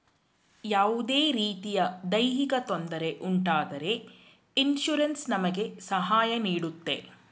ಯಾವುದೇ ರೀತಿಯ ದೈಹಿಕ ತೊಂದರೆ ಉಂಟಾದರೆ ಇನ್ಸೂರೆನ್ಸ್ ನಮಗೆ ಸಹಾಯ ನೀಡುತ್ತೆ